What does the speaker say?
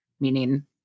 meaning